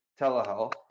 Telehealth